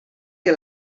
que